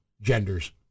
genders